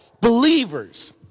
believers—